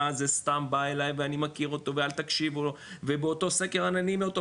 אה זה סתם בא אליי ואני מכיר אותו ואל תקשיבו לו ובאותו סקר אנונימי,